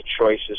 choices